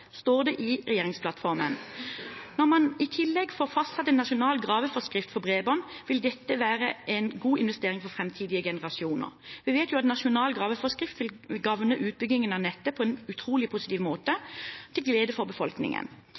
står det i regjeringsplattformen. Når man i tillegg får fastsatt en nasjonal graveforskrift for bredbånd, vil dette være en god investering for framtidige generasjoner. Vi vet jo at nasjonal graveforskrift vil gagne utbyggingen av nettet på en utrolig positiv måte til glede for befolkningen,